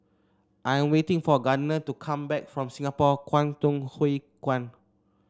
I'm waiting for Gardner to come back from Singapore Kwangtung Hui Kuan